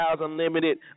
Unlimited